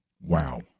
Wow